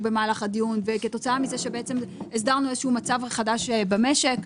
במהלך הדיון וכתוצאה מזה שהסדרנו מצב חדש במשק,